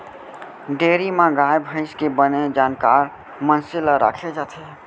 dairy म गाय भईंस के बने जानकार मनसे ल राखे जाथे